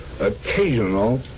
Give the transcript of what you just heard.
occasional